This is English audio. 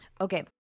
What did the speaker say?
Okay